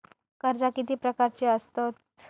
कर्जा किती प्रकारची आसतत